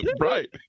Right